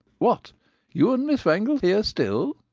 what you and miss wangel here still?